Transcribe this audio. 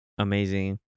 Amazing